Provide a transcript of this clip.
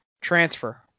transfer